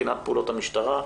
בחינת פעולות המשטרה.